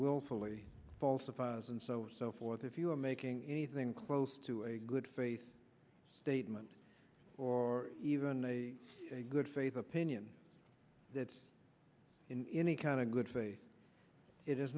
willfully falsifies and so forth if you are making anything close to a good faith statement or even a good faith opinion that in any kind of good faith it is